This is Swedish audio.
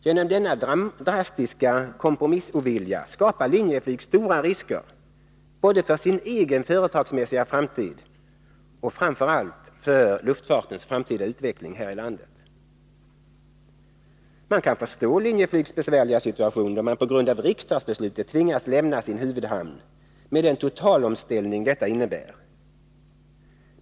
Genom denna drastiska kompromissovilja skapar Linjeflyg stora risker, både för sin egen företagsmässiga framtid och framför allt för luftfartens framtida utveckling här i landet. Man kan förstå Linjeflygs besvärliga situation då man på grund av riksdagsbeslutet tvingas lämna sin huvudhamn med den totalomställning detta innebär.